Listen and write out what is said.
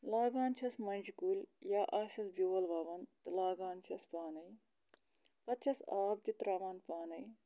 لاگان چھس مۄنٛجہِ کُلۍ یا آسٮ۪س بیول وَوان تہٕ لاگان چھس پانَے پَتہٕ چھس آب تہِ ترٛاوان پانَے